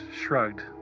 shrugged